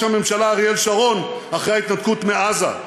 הממשלה אריאל שרון אחרי ההתנתקות מעזה,